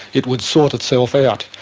it would sort itself out,